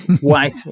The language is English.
white